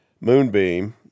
Moonbeam